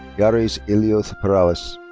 yariz eliuth parrales.